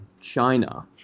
China